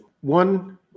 One